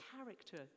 character